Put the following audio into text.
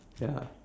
ya